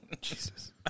Jesus